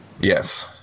Yes